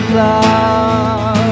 love